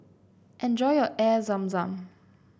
enjoy your Air Zam Zam